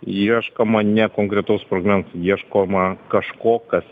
ieškoma ne konkretaus sprogmens ieškoma kažko kas